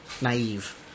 naive